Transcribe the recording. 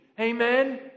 Amen